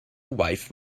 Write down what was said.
wife